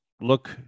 look